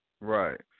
Right